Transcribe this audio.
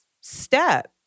step